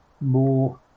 more